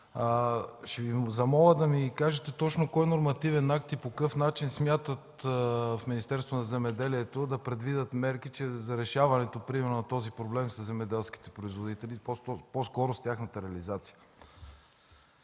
Ще помоля да кажете точно по кой нормативен акт и по какъв начин смятат в Министерство на земеделието и храните да предвидят мерки за решаването на проблема със земеделските производители, по-скоро с тяхната реализация.